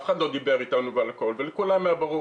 אף אחד לא דיבר אתנו אבל לכולם היה ברור.